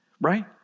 right